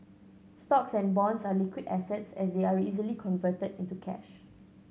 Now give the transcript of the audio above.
stocks and bonds are liquid assets as they are easily converted into cash